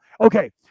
Okay